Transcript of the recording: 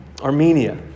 Armenia